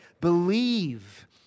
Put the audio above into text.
believe